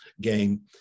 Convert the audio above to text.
game